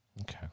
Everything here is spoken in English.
Okay